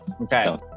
okay